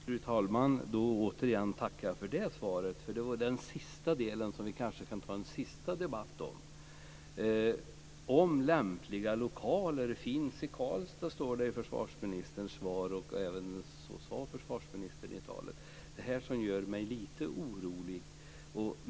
Fru talman! Jag tackar återigen för svaret. Den sista delen kanske vi kan ta en sista debatt om - om lämpliga lokaler finns i Karlstad, som det står i försvarsministerns svar. Det här gör mig lite orolig.